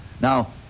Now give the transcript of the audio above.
Now